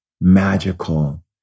magical